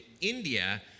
India